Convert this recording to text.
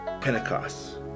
Pentecost